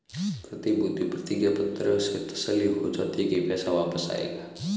प्रतिभूति प्रतिज्ञा पत्र से तसल्ली हो जाती है की पैसा वापस आएगा